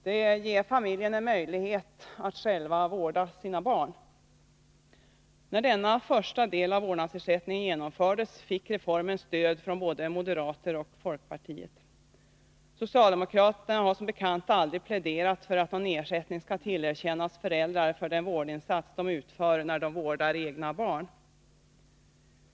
Den ger familjen en möjlighet att själv vårda sina barn. När denna första del av vårdnadersättningen genomfördes, fick reformen stöd från både moderaterna och folkpartiet. Socialdemokraterna har som bekant aldrig pläderat för att någon ersättning skall tillerkännas föräldrar för den vårdinsats de utför när de vårdar egna barn.